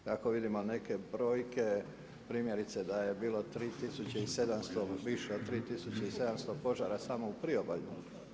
Kako vidimo neke brojke, primjerice da je bilo 3700, više od 3700 požara samo u priobalju.